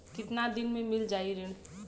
कितना दिन में मील जाई ऋण?